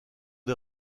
des